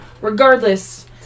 regardless